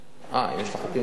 יש לך חוקים כאלה, אני שמח.